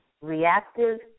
reactive